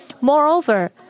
Moreover